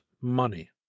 money